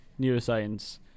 neuroscience